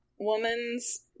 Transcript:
woman's